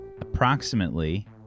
approximately